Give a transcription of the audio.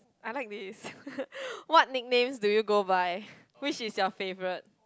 I like this what nickname do you go by which is your favourite